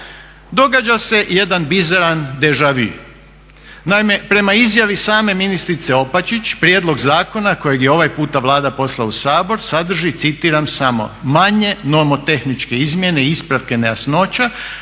Događa se jedan bizaran deja vu. Naime, prema izjavi same ministrice Opačić, prijedlog zakona kojeg je ovaj puta Vlada poslala u Sabor sadrži citiram "samo manje nomotehničke izmjene, ispravke nejasnoća